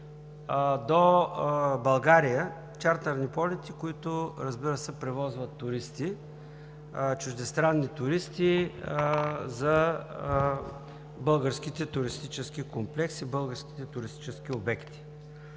до България – чартърни полети, разбира се, които превозват туристи, чуждестранни туристи за българските туристически комплекси, българските туристически обекти.